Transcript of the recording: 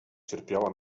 cierpiała